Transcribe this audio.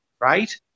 right